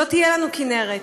לא תהיה לנו כינרת.